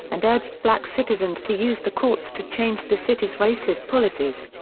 and urged black citizens to use the courts to change the city's racist policies.